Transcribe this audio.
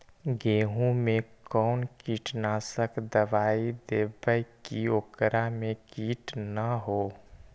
गेहूं में कोन कीटनाशक दबाइ देबै कि ओकरा मे किट न हो?